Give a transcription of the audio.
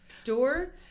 store